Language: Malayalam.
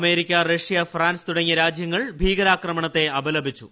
അമേരിക്ക റഷ്യ ഫ്രാൻസ് തുടങ്ങിയ രാജ്യങ്ങൾ ഭീകരാക്രമണത്തെ അപലപിച്ചു